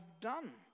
done